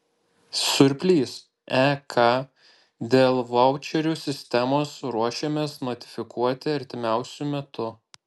surplys ek dėl vaučerių sistemos ruošiamės notifikuoti artimiausiu metu